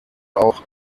auch